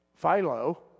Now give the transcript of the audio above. Philo